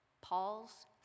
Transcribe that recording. Paul's